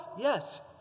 Yes